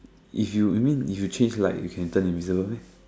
if you mean if you change light you can turn invisible meh